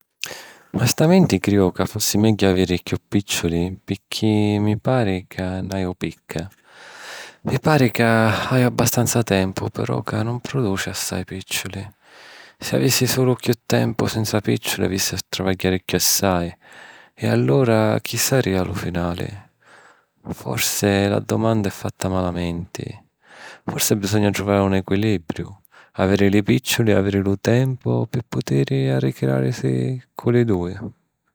Mastamenti criju ca fussi megghiu aviri chiù picciuli picchì mi pari ca n'haiu picca. Mi pari ca haiu abbastanza tempu pero ca nun produci assai picciuli. Si avissi sulu chiù tempu senza picciuli, avissi a travagghiari chiù assai, e allura chi sarìa lu finali? Forse la domanda è fatta malamenti? Forse bisogna truvari un equilibriu. Haviri li picciuli e haviri lu tempu pi putiri arricriarisi cu li dui.